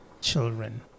children